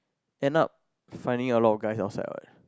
end up finding a lot of guys ourself leh